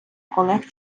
колег